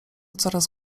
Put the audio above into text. coraz